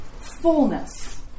fullness